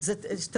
משמעותית,